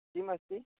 किम् अस्ति